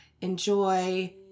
enjoy